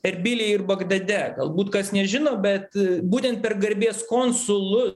erbilyje ir bagdade galbūt kas nežino bet būtent per garbės konsulu